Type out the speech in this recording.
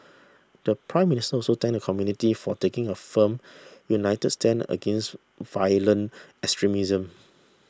the Prime Minister also thanked the community for taking a firm united stand against violent extremism